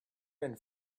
and